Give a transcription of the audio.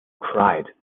cried